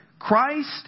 Christ